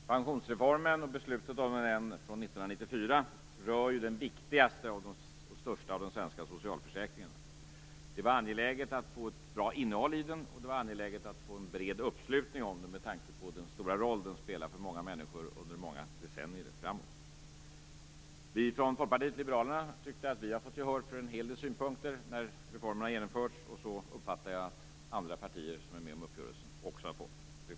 Fru talman! Pensionsreformen, och beslutet om den från 1994, rör ju den viktigaste och den största av de svenska socialförsäkringarna. Det var angeläget att få ett bra innehåll i den, och det var angeläget att få en bred uppslutning bakom den, med tanke på den stora roll som den spelar för många människor under många decennier framåt. Vi från Folkpartiet liberalerna tycker att vi har fått gehör för en hel del synpunkter när reformen har genomförts. Jag uppfattar att också andra partier som är med om uppgörelsen har fått det.